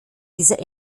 dieser